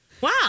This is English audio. Wow